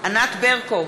ענת ברקו,